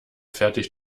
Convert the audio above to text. fertigt